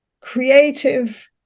creative